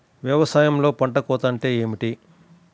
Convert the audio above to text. వ్యవసాయంలో పంట కోత అంటే ఏమిటి?